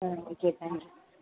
ah okay thanks